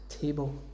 table